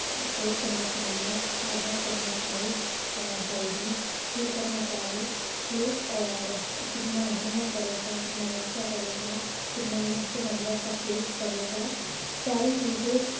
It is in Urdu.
ایک چمچ نمک آدھا چمچ مرچ اور ہلدی یہ سب مسالے لیں اور کتنا دھنیا پڑے گا کتنا مرچا پڑے گا کتنا لہسن ادرک کا پیسٹ پڑے گا ساری چیزیں